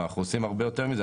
אבל אנחנו עושים הרבה יותר מזה,